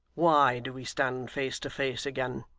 why do we stand face to face again